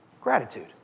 Gratitude